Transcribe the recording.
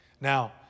Now